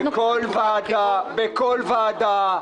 בכל ועדה,